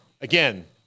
again